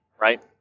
right